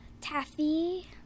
Taffy